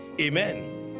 Amen